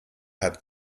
hat